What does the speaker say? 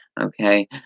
Okay